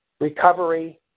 recovery